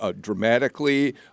dramatically